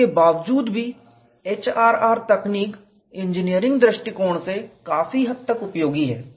इसके बावजूद भी HRR तकनीक इंजीनियरिंग दृष्टिकोण से काफी हद तक उपयोगी है